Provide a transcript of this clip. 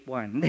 one